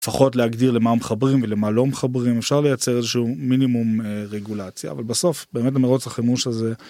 לפחות להגדיר למה מחברים ולמה לא מחברים אפשר לייצר איזשהו מינימום רגולציה אבל בסוף באמת מרוץ החימוש הזה.